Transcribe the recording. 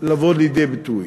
לבוא לידי ביטוי.